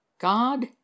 god